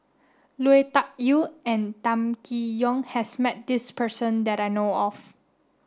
Lui Tuck Yew and Kam Kee Yong has met this person that I know of